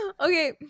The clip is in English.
Okay